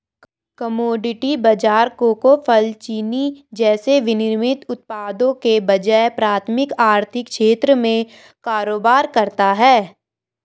commodity बाजार cocoa, फल, चीनी जैसे विनिर्मित उत्पादों के बजाय प्राथमिक आर्थिक क्षेत्र में कारोबार करता है